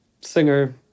singer